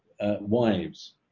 wives